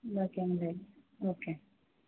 దగ్గేమి లేదు ఓకే